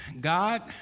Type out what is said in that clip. god